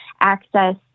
access